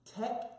Tech